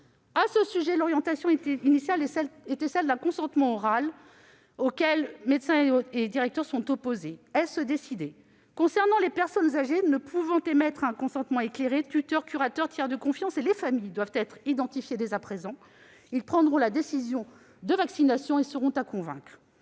À ce sujet, l'orientation initiale était celle d'un consentement oral, auquel médecins et directeurs sont opposés : est-ce décidé ? Concernant les personnes âgées ne pouvant émettre un consentement éclairé, tuteurs, curateurs, tiers de confiance et familles doivent être identifiés dès à présent : ce sont eux qui prendront la décision de vaccination et devront être convaincus.